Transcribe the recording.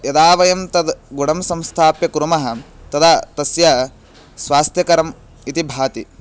यदा वयं तद् गुढं संस्थाप्य कुर्मः तदा तस्य स्वास्थ्यकरम् इति भाति